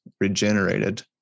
regenerated